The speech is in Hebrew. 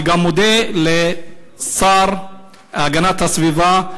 אני גם מודה לשר להגנת הסביבה.